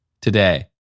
today